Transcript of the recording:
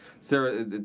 Sarah